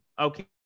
Okay